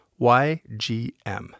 YGM